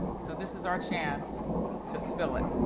so this is our chance to spill it.